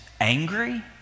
angry